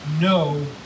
no